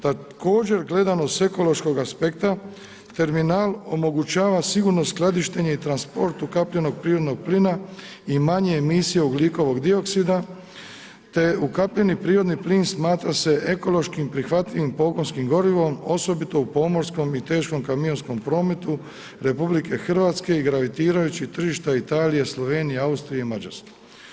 Također gledano sa ekološkog aspekta, terminal omogućava sigurno skladištenje i transport ukapljenog prirodnog plina i manje emisija ugljikovog dioksida te ukapljeni prirodni plin smatra se ekološki prihvatljivim pogonskim gorivom osobito u pomorskom i teškom kamionskom prometu RH i gravitirajućih tržišta Italije, Slovenije, Austrije i Mađarske.